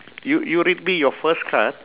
y~ you read me your first card